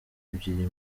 ebyiri